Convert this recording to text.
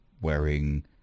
wearing